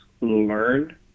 learn